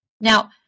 Now